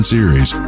Series